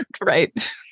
right